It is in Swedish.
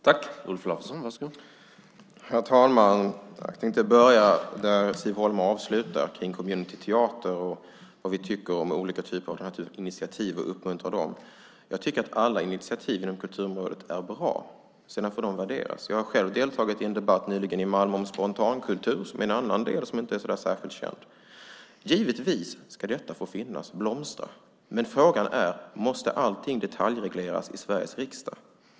Herr talman! Jag ska börja där Siv Holma avslutade, med communityteater, vad vi tycker om olika typer av sådana initiativ och om vi vill uppmuntra dem. Jag tycker att alla initiativ inom kulturområdet är bra, och sedan får de värderas. Jag har själv i Malmö nyligen deltagit i en debatt om spontankultur, som är en annan del som inte är särskilt känd. Givetvis ska detta få finnas och blomstra, men frågan är: Måste allting detaljregleras i Sveriges riksdag?